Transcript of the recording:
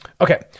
Okay